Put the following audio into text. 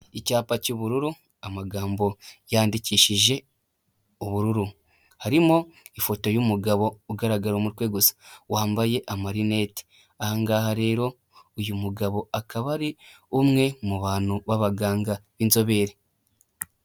Icyapa cy'ubururu amagambo yandikishije ubururu, harimo ifoto y'umugabo ugaragara umutwe gusa wambaye amarinete, aha ngaha rero uyu mugabo akaba ari umwe mu bantu b'abaganga b'inzobere.